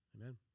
Amen